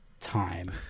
time